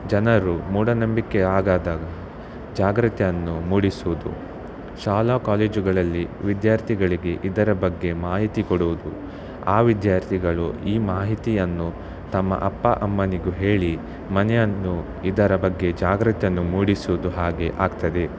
ಜನರು ಮೂಡನಂಭಿಕೆ ಆಗಾದಾಗೆ ಜಾಗ್ರತೆಯನ್ನು ಮೂಡಿಸುವುದು ಶಾಲಾ ಕಾಲೇಜುಗಳಲ್ಲಿ ವಿದ್ಯಾರ್ಥಿಗಳಿಗೆ ಇದರ ಬಗ್ಗೆ ಮಾಹಿತಿ ಕೊಡುವುದು ಆ ವಿದ್ಯಾರ್ಥಿಗಳು ಈ ಮಾಹಿತಿಯನ್ನು ತಮ್ಮ ಅಪ್ಪ ಅಮ್ಮನಿಗೂ ಹೇಳಿ ಮನೆಯನ್ನು ಇದರ ಬಗ್ಗೆ ಜಾಗ್ರತೆಯನ್ನು ಮೂಡಿಸುವುದು ಹಾಗೆ ಆಗ್ತದೆ